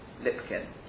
Lipkin